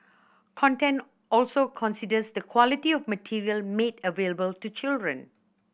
content also considers the quality of material made available to children